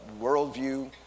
worldview